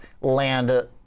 land